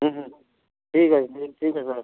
हाँ जी ठीक है ठीक है सर